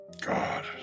God